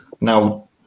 Now